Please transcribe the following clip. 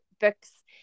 books